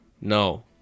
No